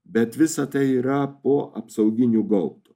bet visa tai yra po apsauginiu gaubtu